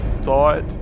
thought